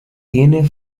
tiene